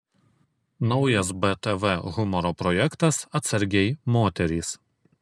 naujas btv humoro projektas atsargiai moterys